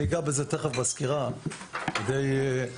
אני אגע בזה עוד מעט בסקירה כדי שהם